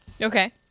Okay